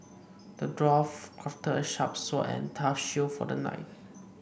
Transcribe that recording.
the dwarf crafted a sharp sword and a tough shield for the knight